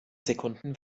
sekunden